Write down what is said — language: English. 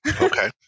Okay